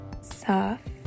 soft